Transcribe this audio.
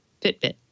Fitbit